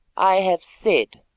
i have said!